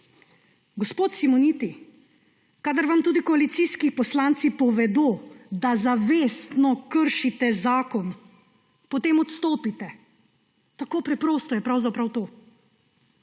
Gospod Simoniti, kadar vam tudi koalicijski poslanci povedo, da zavestno kršite zakon, potem odstopite. Tako preprosto je pravzaprav to.